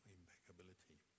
impeccability